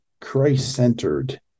Christ-centered